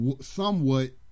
somewhat